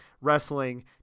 wrestling